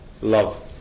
love